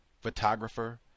photographer